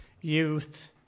youth